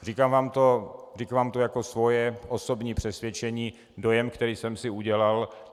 Říkám vám to jako svoje osobní přesvědčení, dojem, který jsem si udělal.